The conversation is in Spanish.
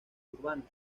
urbanos